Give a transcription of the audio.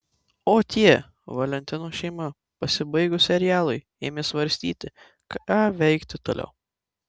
o tie valentinos šeima pasibaigus serialui ėmė svarstyti ką veikti toliau